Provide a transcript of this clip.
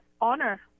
honor